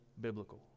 biblical